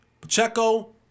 Pacheco